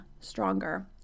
stronger